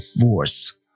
force